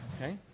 Okay